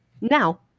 now